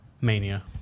Mania